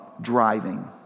driving